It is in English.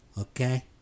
Okay